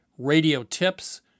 Radiotips